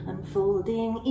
Unfolding